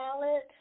palette